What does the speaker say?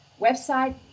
Website